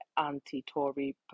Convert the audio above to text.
anti-Tory